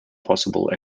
possible